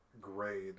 grade